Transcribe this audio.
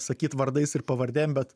sakyt vardais ir pavardėm bet